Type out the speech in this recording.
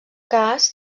cas